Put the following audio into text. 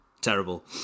terrible